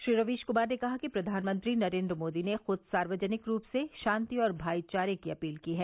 श्री रवीश कुमार ने कहा कि प्रधानमंत्री नरेन्द्र मोदी ने खुद सार्वजनिक रूप से शांति और भाई चारे की अपील की है